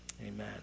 amen